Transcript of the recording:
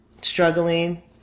struggling